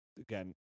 again